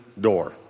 door